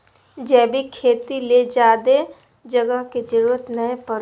जैविक खेती ले ज्यादे जगह के जरूरत नय पड़ो हय